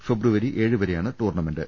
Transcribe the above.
ഫെബ്രുവരി ഏഴു വരെയാണ് ടൂർണമെന്റ്